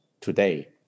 today